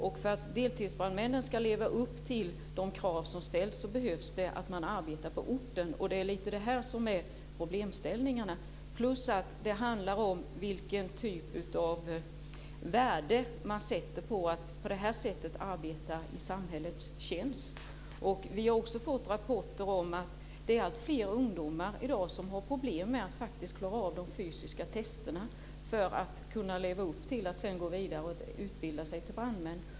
Och för att de ska leva upp till de krav som ställs så behöver de arbeta på orten. Och det är lite av detta som är problemet. Det handlar också om vilket värde man sätter på att arbeta på detta sätt i samhällets tjänst. Vi har också fått rapporter om att det i dag är alltfler ungdomar som har problem att faktiskt klara av de fysiska testerna som krävs för att gå vidare och utbilda sig till brandmän.